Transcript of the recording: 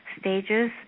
stages